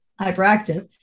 hyperactive